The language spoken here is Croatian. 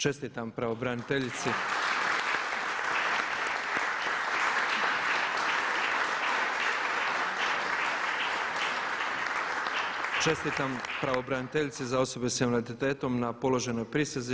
Čestitam pravobraniteljici. Čestitam pravobraniteljici za osobe s invaliditetom na položenoj priseži.